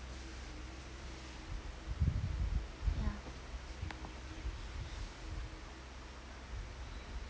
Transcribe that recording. ya